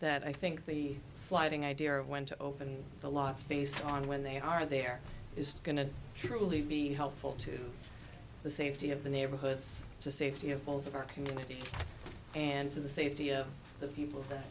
that i think the sliding idea of when to open the lots based on when they are there is going to truly be helpful to the safety of the neighborhoods the safety of both of our community and to the safety of the people